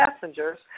passengers